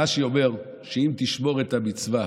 אומר בפרשת ואתחנן שאם תשמור את המצווה,